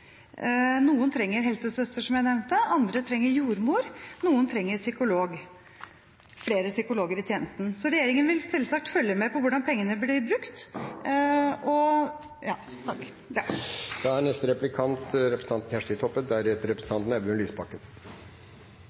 Noen trenger helsesøster, som jeg nevnte, andre trenger jordmor, noen trenger flere psykologer i tjenesten. Så regjeringen vil selvsagt følge med på hvordan pengene blir brukt.